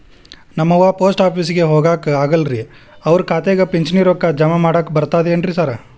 ನಮ್ ಅವ್ವ ಪೋಸ್ಟ್ ಆಫೇಸಿಗೆ ಹೋಗಾಕ ಆಗಲ್ರಿ ಅವ್ರ್ ಖಾತೆಗೆ ಪಿಂಚಣಿ ರೊಕ್ಕ ಜಮಾ ಮಾಡಾಕ ಬರ್ತಾದೇನ್ರಿ ಸಾರ್?